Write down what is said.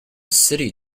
city